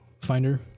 finder